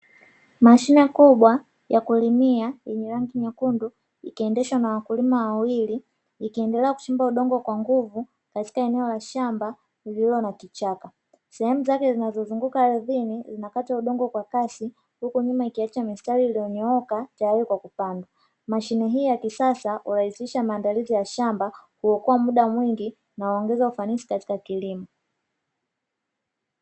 Mashine kubwa ya kulimia, yenye rangi nyekundu ikiendeshwa na wakulima wawili, ikiendelea kuchimba udongo kwa nguvu katika eneo la shamba lililo na kichaka, sehemu zake zinazozunguka ardhini zinakata udongo kwa kasi huku nyuma ikiacha mistari iliyo nyooka tayali kwa kupandwa, mashine hii ya kisasa hulahisisha maandalizi ya shamba huokoa muda mwingi na kuongeza ufanisi katika kilimo.